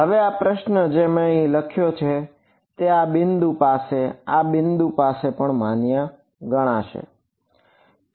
હવે આ પ્રશ્ન જે મેં અહીં લખ્યો છે તે આ બિંદુ પાસે અને આ બિંદુ પાસે પણ માન્ય ગણાશે બરાબર